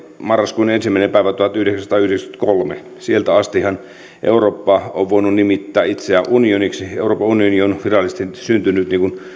marraskuun ensimmäinen päivä tuhatyhdeksänsataayhdeksänkymmentäkolme sieltä astihan eurooppa on voinut nimittää itseään unioniksi euroopan unioni on virallisesti syntynyt